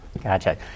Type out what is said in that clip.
Gotcha